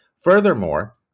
Furthermore